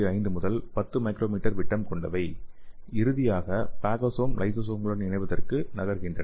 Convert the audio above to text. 5 முதல் 10 மைக்ரோமீட்டர் விட்டம் கொண்டவை இறுதியாக பாகோசோம் லைசோசோம்களுடன் இணைவதற்கு நகர்கின்றன